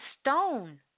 stone